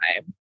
time